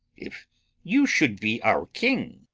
if you should be our king.